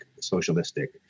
socialistic